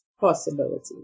possibility